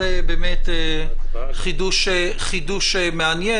זה באמת חידוש מעניין.